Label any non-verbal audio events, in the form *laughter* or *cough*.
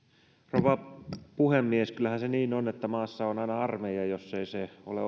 rouva puhemies kyllähän se niin on että maassa on aina armeija jos se se ei ole *unintelligible*